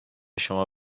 شما